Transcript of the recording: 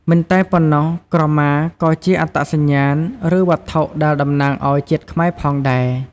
មិនតែប៉ុណ្ណោះក្រមា ក៏ជាអត្តសញ្ញាណ ឬវត្ថុដែលតំណាងឲ្យជាតិខ្មែរផងដែរ។